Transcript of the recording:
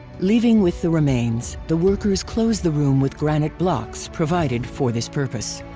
leaving with the remains, the workers close the room with granite blocks provided for this purpose.